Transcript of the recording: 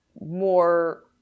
more